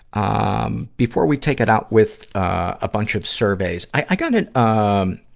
um before we take it out with, ah, a bunch of surveys i, i got an, um,